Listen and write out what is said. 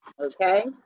okay